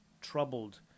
Troubled